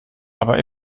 aber